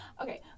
Okay